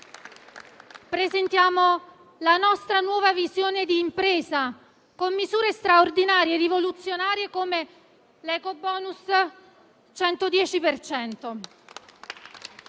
Presentiamo poi la nostra nuova visione di impresa con misure straordinarie e rivoluzionarie come l'ecobonus 110 per